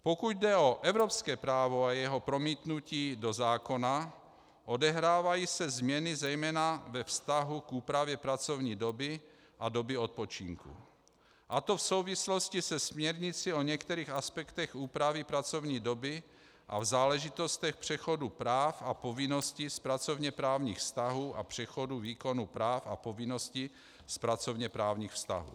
Pokud jde o evropské právo a jeho promítnutí do zákona, odehrávají se změny zejména ve vztahu k úpravě pracovní doby a doby odpočinku, a to v souvislosti se směrnicí o některých aspektech úpravy pracovní doby a v záležitostech přechodu práv a povinností z pracovněprávních vztahů a přechodu výkonu práv a povinností z pracovněprávních vztahů.